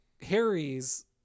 Harry's